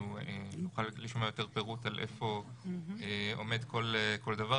אנחנו נוכל לשמוע יותר פירוט על איפה עומד כל דבר,